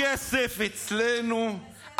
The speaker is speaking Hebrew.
הכסף אצלנו,